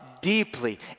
deeply